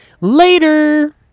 Later